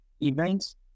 events